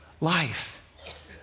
life